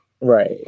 Right